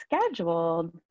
scheduled